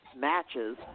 matches